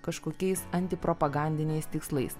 kažkokiais antipropagandiniais tikslais